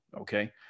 Okay